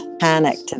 Panicked